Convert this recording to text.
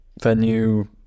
venue